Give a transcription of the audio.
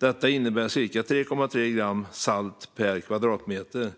Detta innebär cirka 3,3 gram salt per kvadratmeter.